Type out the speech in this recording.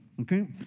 Okay